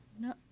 No